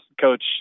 coach